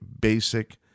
basic